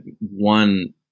one